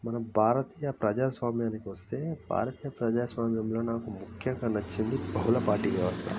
మన భారతీయ ప్రజాస్వామ్యానికి వస్తే భారతీయ ప్రజాస్వామ్యంలో నాకు ముఖ్యంగా నచ్చింది బహుళ పార్టీ వ్యవస్థ